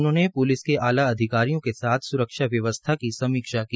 उन्होंने प्लिस के आला अधिकारियों के साथ स्रक्षा व्यवस्था की समीक्षा की